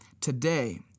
today